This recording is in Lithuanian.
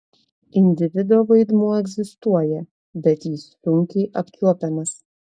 individo vaidmuo egzistuoja bet jis sunkiai apčiuopiamas